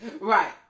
right